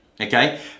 okay